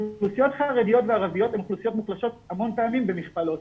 אוכלוסיות חרדיות וערביות הן אוכלוסיות מוחלשות המון פעמים במכפלות,